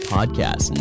Podcast